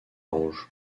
rouge